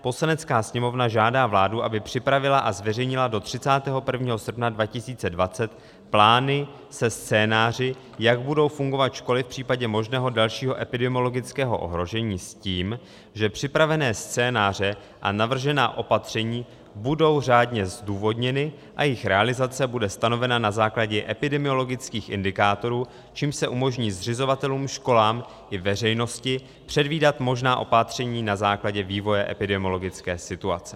Poslanecká sněmovna žádá vládu, aby připravila a zveřejnila do 31. srpna 2020 plány se scénáři, jak budou fungovat školy v případě možného dalšího epidemiologického ohrožení s tím, že připravené scénáře a navržená opatření budou řádně zdůvodněny a jejich realizace bude stanovena na základě epidemiologických indikátorů, čímž se umožní zřizovatelům, školám i veřejnosti předvídat možná opatření na základě vývoje epidemiologické situace.